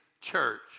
church